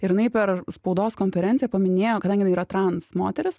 ir jinai per spaudos konferenciją paminėjo kadangi jinai yra trans moteris